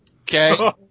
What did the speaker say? okay